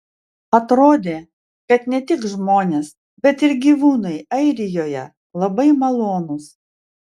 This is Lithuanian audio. atrodė kad ne tik žmonės bet ir gyvūnai airijoje labai malonūs